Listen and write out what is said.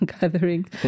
gathering